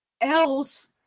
Else